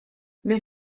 les